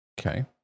Okay